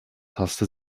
taste